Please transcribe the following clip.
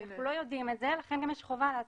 אנחנו לא יודעים את זה לכן יש חובה להציע.